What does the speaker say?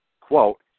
quote